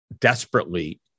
desperately